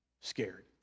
Scared